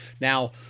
Now